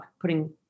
putting